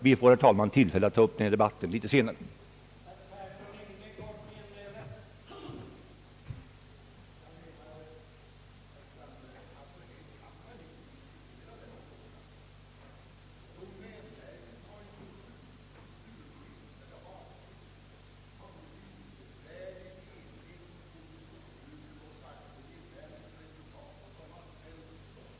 Vi får, herr talman, tillfälle att ta upp denna debatt vid ett senare tillfälle.